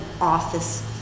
office